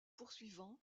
poursuivants